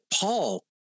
Paul